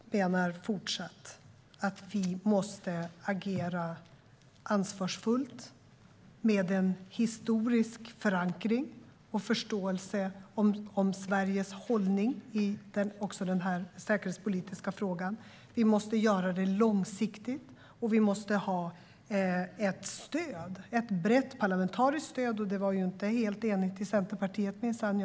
Fru talman! Jag menar fortsatt att vi måste agera ansvarsfullt med en historisk förankring och förståelse för Sveriges hållning också i denna säkerhetspolitiska fråga. Vi måste göra det långsiktigt, och vi måste ha ett brett parlamentariskt stöd. Det var inte helt enigt i Centerpartiet, minsann.